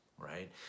right